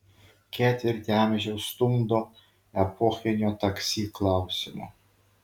ketvirtį amžiaus stumdo epochinio taksi klausimo